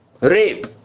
rape